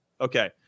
Okay